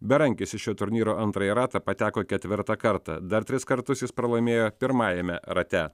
berankis į šio turnyro antrąjį ratą pateko ketvirtą kartą dar tris kartus jis pralaimėjo pirmajame rate